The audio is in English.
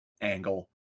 angle